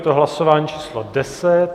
Je to hlasování číslo 10.